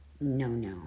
no-no